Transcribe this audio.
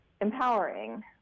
empowering